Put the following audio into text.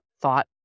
thought